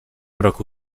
roku